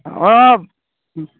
অ